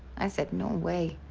i said no way.